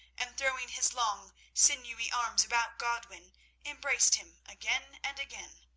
and throwing his long, sinewy arms about godwin embraced him again and again.